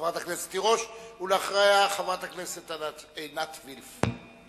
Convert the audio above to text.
חברת הכנסת תירוש, ואחריה, חברת הכנסת עינת וילף.